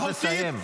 צריך לסיים.